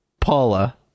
Paula